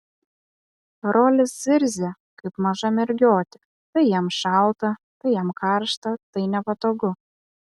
rolis zirzia kaip maža mergiotė tai jam šalta tai jam karšta tai nepatogu